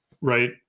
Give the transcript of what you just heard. right